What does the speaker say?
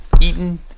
eaten